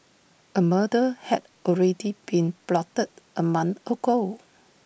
A murder had already been plotted A month ago